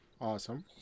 awesome